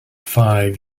five